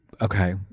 Okay